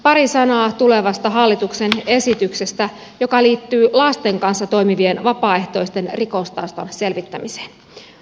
pari sanaa tulevasta hallituksen esityksestä joka liittyy lasten kanssa toimivien vapaaehtoisten rikostaustan selvittämiseen